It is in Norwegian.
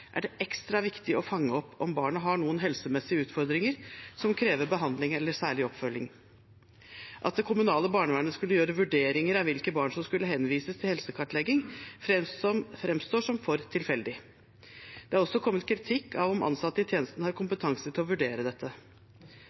er det ekstra viktig å fange opp om barnet har noen helsemessige utfordringer som krever behandling eller særlig oppfølging. At det kommunale barnevernet skulle gjøre vurderinger av hvilke barn som skulle henvises til helsekartlegging, framstår som for tilfeldig. Det er også kommet kritikk av om ansatte i tjenesten har kompetanse til å vurdere dette.